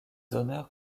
honneurs